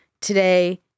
today